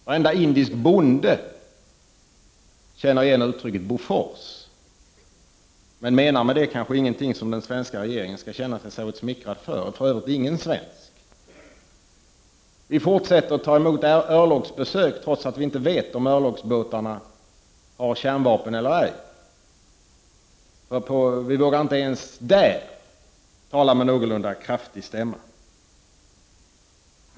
Varenda indisk bonde känner igen ordet Bofors, men menar med det kanske ingenting som den svenska regeringen skall känna sig särskilt smickrad över, och för övrigt inte någon svensk. Vi fortsätter att ta emot örlogsbesök, trots att vi inte vet om örlogsfartygen har kärnvapen ombord eller ej. Vi vågar inte ens i detta sammanhang tala med någorlunda kraftig stämma.